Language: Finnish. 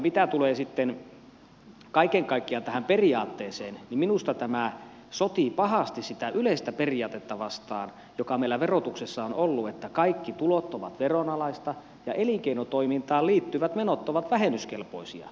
mitä tulee sitten kaiken kaikkiaan tähän periaatteeseen niin minusta tämä sotii pahasti sitä yleistä periaatetta vastaan joka meillä verotuksessa on ollut että kaikki tulot ovat veronalaista ja elinkeinotoimintaan liittyvät menot ovat vähennyskelpoisia